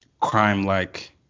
crime-like